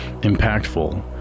impactful